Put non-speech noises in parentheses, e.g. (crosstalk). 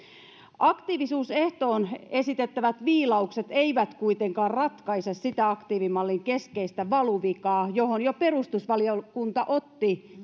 aktiivisuusehtoon esitettävät viilaukset eivät kuitenkaan ratkaise sitä aktiivimallin keskeistä valuvikaa johon jo perustuslakivaliokunta otti (unintelligible)